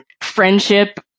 friendship